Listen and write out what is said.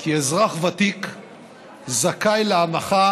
כי אזרח ותיק זכאי להנחה